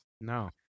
No